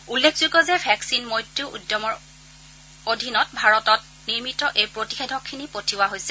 উল্লেখযোগ্য যে ভেকচিন মৈত্ৰী উদ্যমৰ অধীনত ভাৰতত নিৰ্মিত এই প্ৰতিষেধকখিনি পঠিওৱা হৈছে